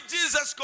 Jesus